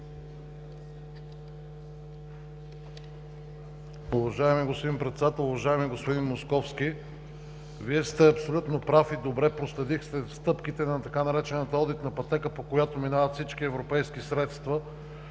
Уважаеми господин Председател! Уважаеми господин Московски, Вие сте абсолютно прав и добре проследихте стъпките на така наречената „одитна пътека“, по която минават всички европейски средства